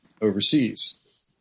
overseas